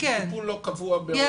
טיפול לא קבוע.